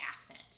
accent